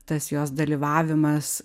tas jos dalyvavimas